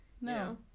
No